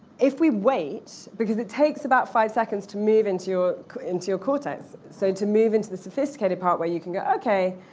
if we wait, because it takes about five seconds to move into ah into your cortex, so to move into the sophisticated part where you can go ok,